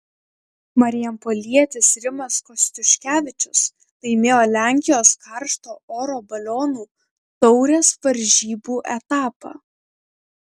marijampolietis rimas kostiuškevičius laimėjo lenkijos karšto oro balionų taurės varžybų etapą